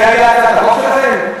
זו הייתה הצעת החוק שלכם?